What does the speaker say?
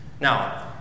Now